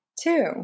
Two